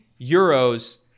euros